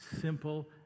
simple